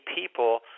people